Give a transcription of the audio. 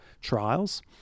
trials